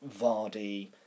Vardy